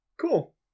Cool